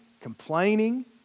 complaining